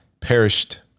perished